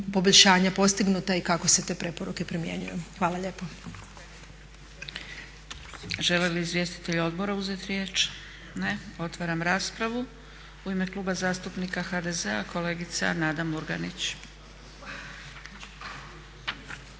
poboljšanja postignuta i kako se te preporuke primjenjuju. Hvala lijepa. **Zgrebec, Dragica (SDP)** Žele li izvjestitelji odbora uzeti riječ? Ne. Otvaram raspravu. U ime Kluba zastupnika HDZ-a kolegica Nada Murganić.